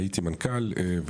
הייתי מנכ"ל,